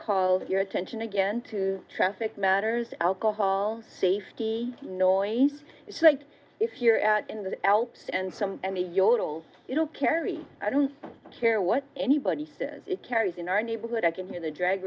call your attention again to traffic matters alcohol safety noise it's like if you're out in the alps and some me yodels you know kerry i don't care what anybody says it carries in our neighborhood i can hear the